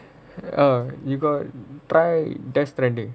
oh you got try death stranding